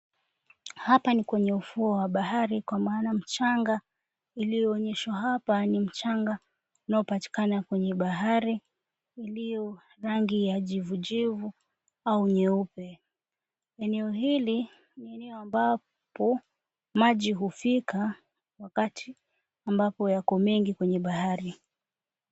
Hapa ni kwenye ufuo wa bahari, kwa maana mchanga iliyoonyeshwa hapa ni mchanga inayopatikana kwenye bahari, iliyo na rangi ya jivu jivu au nyeupe. Eneo hili ni eneo ambapo maji hufika wakati ambapo yako mengi kwenye bahari.